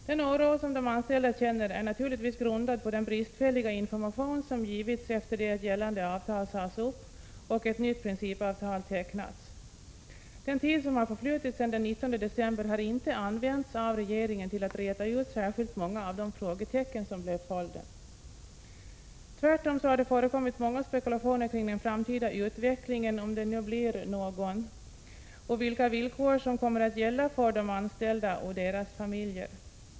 Den oro som de anställda känner är naturligtvis grundad på den bristfälliga information som givits efter det att gällande avtal sades upp och ett nytt principavtal tecknades. Den tid som har förflutit sedan den 19 december har inte använts av regeringen till att räta ut särskilt många av de frågetecken som blev följden. Tvärtom har det förekommit många spekulationer om den framtida utvecklingen — om det nu blir någon — och om vilka villkor som kommer att gälla för de anställda och deras familjer.